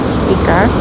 speaker